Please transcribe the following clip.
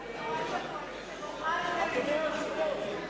אני רואה שהקואליציה מוחה על זה.